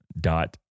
dot